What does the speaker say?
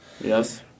Yes